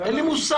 אין לי מושג.